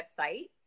website